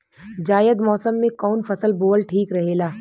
जायद मौसम में कउन फसल बोअल ठीक रहेला?